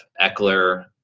Eckler